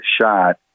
shot